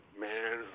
man